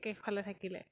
একেফালে থাকিলে